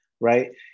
Right